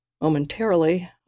Momentarily